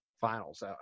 finals